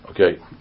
Okay